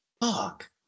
Fuck